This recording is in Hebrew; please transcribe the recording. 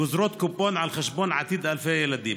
גוזרות קופון על חשבון עתיד אלפי ילדים.